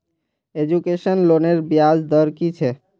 Education लोनेर ब्याज दर कि छे?